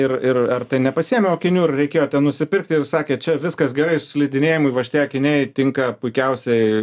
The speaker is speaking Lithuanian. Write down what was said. ir ir ar tai nepasiėmiau akinių ir reikėjo ten nusipirkti ir sakė čia viskas gerai slidinėjimui va šitie akiniai tinka puikiausiai